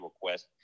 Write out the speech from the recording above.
request